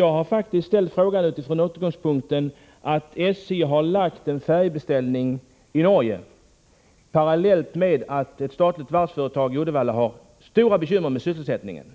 Jag har ställt frågan från utgångspunkten att SJ har lagt en färjebeställning i Norge och att parallellt med detta ett statligt varvsföretag i Uddevalla har stora bekymmer med sysselsättningen.